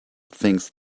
things